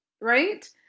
right